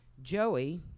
Joey